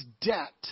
debt